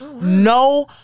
No